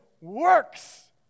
works